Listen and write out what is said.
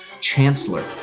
Chancellor